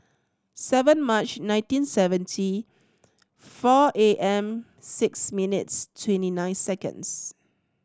seven March nineteen seventy four A M six minutes twenty nine seconds